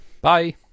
Bye